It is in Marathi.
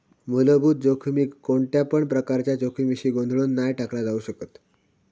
मुलभूत जोखमीक कोणत्यापण प्रकारच्या जोखमीशी गोंधळुन नाय टाकला जाउ शकत